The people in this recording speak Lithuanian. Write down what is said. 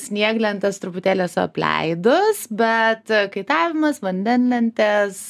snieglentės truputėlis leidus bet kaitavimas vandenlentės